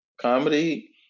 comedy